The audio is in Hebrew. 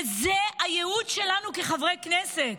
וזה הייעוד שלנו כחברי כנסת.